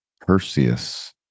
Perseus